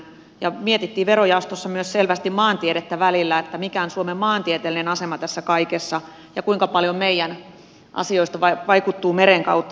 mietittiin verojaostossa myös selvästi maantiedettä välillä mikä on suomen maantieteellinen asema tässä kaikessa ja kuinka paljon meidän asioistamme vaikuttuvat merenkulun kautta